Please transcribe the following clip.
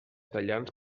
tallants